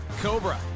Cobra